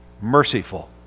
merciful